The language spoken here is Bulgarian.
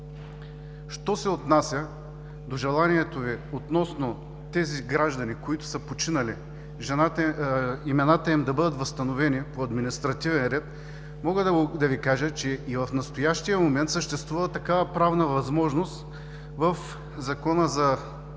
Що се отнася до желанието Ви относно тези граждани, които са починали, имената им да бъдат възстановени по административен ред, мога да Ви кажа, че и в настоящия момент съществува такава правна възможност в Закона за гражданската